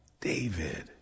David